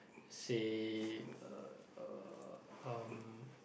say uh um